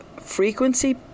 frequency